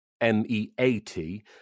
M-E-A-T